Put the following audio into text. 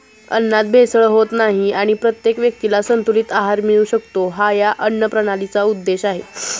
अन्नात भेसळ होत नाही आणि प्रत्येक व्यक्तीला संतुलित आहार मिळू शकतो, हा या अन्नप्रणालीचा उद्देश आहे